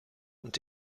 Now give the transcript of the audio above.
und